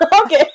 okay